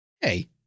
Hey